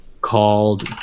called